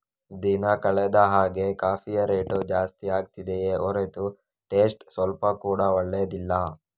ದಿನ ಕಳೆದ ಹಾಗೇ ಕಾಫಿಯ ರೇಟು ಜಾಸ್ತಿ ಆಗ್ತಿದೆಯೇ ಹೊರತು ಟೇಸ್ಟ್ ಸ್ವಲ್ಪ ಕೂಡಾ ಒಳ್ಳೇದಿಲ್ಲ